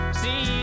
see